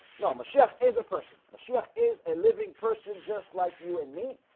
no, michele is a person. she yeah is a living person just like you and me,